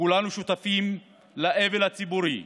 כולנו שותפים לאבל הציבורי.